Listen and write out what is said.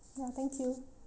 yeah thank you